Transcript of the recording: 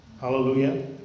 Hallelujah